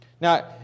Now